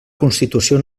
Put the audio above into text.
constitució